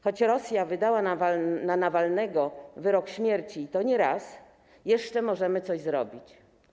Choć Rosja wydała na Nawalnego wyrok śmierci, i to nie raz, jeszcze możemy coś zrobić.